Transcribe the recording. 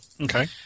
Okay